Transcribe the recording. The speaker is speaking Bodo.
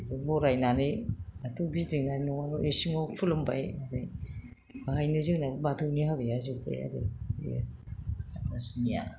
बिदि बरायनानै बाथौ गिदिंनानै न'आव इसिंआव खुलुमबाय बेहायनो जोंनिया बाथौनि हाबाया जोब्बाय आरो बेयो हाथासुनिया